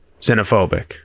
xenophobic